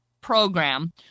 program